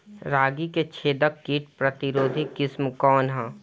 रागी क छेदक किट प्रतिरोधी किस्म कौन ह?